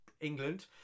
England